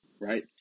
Right